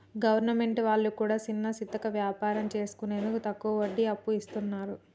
government వాళ్లు కూడా చిన్నాచితక వ్యాపారం చేసుకునేందుకు తక్కువ వడ్డీకి అప్పు ఇస్తున్నరు